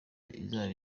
izaba